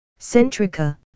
Centrica